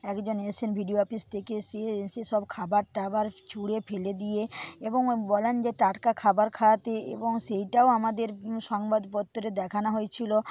একজন এসছেন BDO office থেকে সে এসে সব খাবারটাবার ছুঁড়ে ফেলে দিয়ে এবং বলেন যে টাটকা খাবার খাওয়াতে এবং সেইটাও আমাদের সংবাদপত্রে দেখানো হয়েছিল